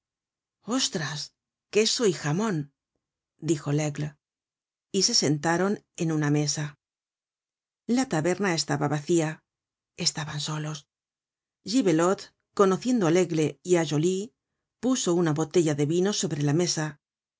ostras queso y jamon dijo laigle y se sentaron á una mesa la taberna estaba vacia estaban solos gibelote conociendo á laigle y á joly puso una botella de vino sobre la mesa